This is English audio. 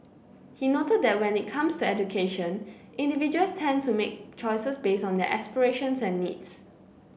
he noted that when it comes to education individuals tend to make choices based on their aspirations and needs